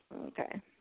Okay